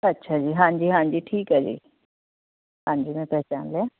ਅੱਛਾ ਜੀ ਹਾਂਜੀ ਹਾਂਜੀ ਠੀਕ ਹੈ ਜੀ ਹਾਂਜੀ ਮੈਂ ਪਹਿਚਾਣ ਲਿਆ